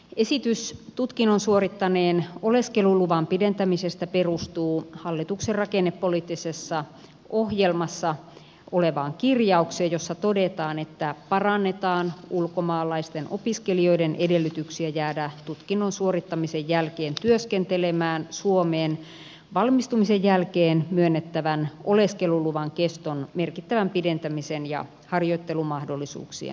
esitys tutkinnon suorittaneen oleskeluluvan pidentämisestä perustuu hallituksen rakennepoliittisessa ohjelmassa olevaan kirjaukseen jossa todetaan että parannetaan ulkomaalaisten opiskelijoiden edellytyksiä jäädä tutkinnon suorittamisen jälkeen työskentelemään suomeen valmistumisen jälkeen myönnettävän oleskeluluvan keston merkittävän pidentämisen ja harjoittelumahdollisuuksien avulla